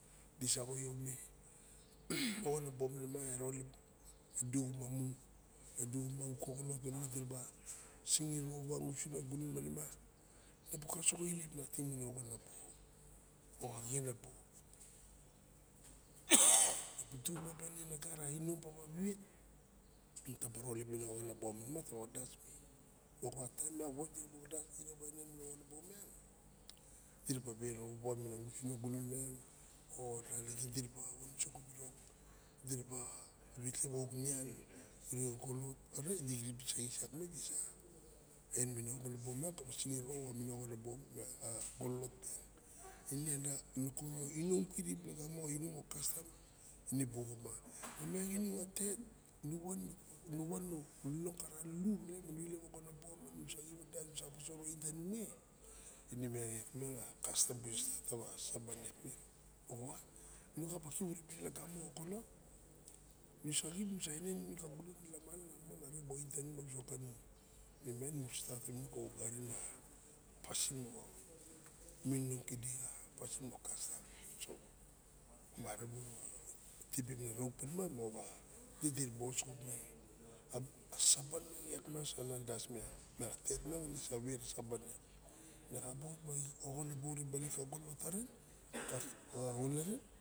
Di saxo iome oxon a bo ma disaxo io me e duxumamu e ducuma auk koxolot ma diraba singiraowawa nunsunga gunon marima. Ebu kaosox ilep nating minin a oxon abu o a xin a lou e bu dixuma balin nagar inom pawa wet. Nataba ilep minin a oxon a bo manima taba wandasme aukpatete miang a wos dirabawanda me maxataim a was diraba wandas idi rawa enen a oxon a bo miang diraba singiraowawa ngusuna gunon miang nalaxin diraba wan uso xa wirok diraba wetlep auk nian neak miang di sa xis iak miang disa en mana oxon a bo miang makora inom kirip lagamo ine buopma inung a tet nu wan nu monong kara luluk opa nu sa xip a das nu sa raba oin tanung me? Neak miang kastam kanu sa saban iak miang. Moxawa nu xa wansu me xurumiang ka xoxolof nu sa xip nu sa enen minin ka gunon tanung arixem a oin tanung arixem a wisok nemion kide xa pasin moxa kastam malamun a tinibe moxa ukma ide diraba osoxo a saban iak miang sa na nandas iak miang ma tet iak miang sa wera saban iak iak miang na xa ba of iak miang na xa ba ot blaing ma oxon a bo baling kure xa gunon taren